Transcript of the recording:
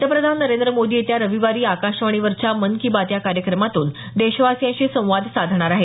पंतप्रधान नरेंद्र मोदी येत्या रविवारी आकाशवाणीवरच्या मन की बात या कार्यक्रमातून देशवासियांशी संवाद साधणार आहेत